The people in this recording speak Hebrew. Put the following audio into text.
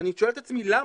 ואני שואל את עצמי למה,